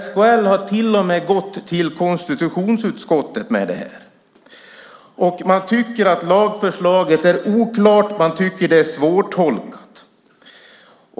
SKL har till och med gått till konstitutionsutskottet med detta. De tycker att lagförslaget är oklart och svårtolkat.